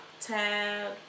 tab